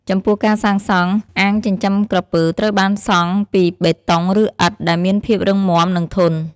ចំពោះការសង់អាងចិញ្ចឹមក្រពើត្រូវតែសង់ពី បេតុង ឬ ឥដ្ឋ ដែលមានភាពរឹងមាំ និងធន់។